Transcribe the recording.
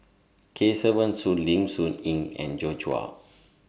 Kesavan Soon Lim Soo Ngee and Joi Chua